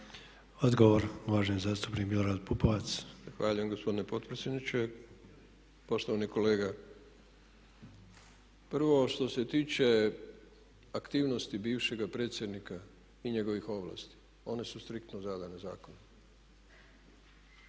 Pupovac. **Pupovac, Milorad (SDSS)** Zahvaljujem gospodine potpredsjedniče. Poštovani kolega, prvo što se tiče aktivnosti bivšega predsjednika i njegovih ovlasti one su striktno zadane zakonom